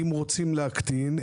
אם רוצים להקטין,